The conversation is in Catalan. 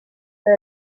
per